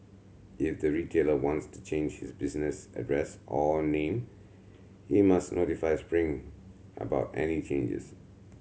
if the retailer wants to change his business address or name he must notify Spring about any changes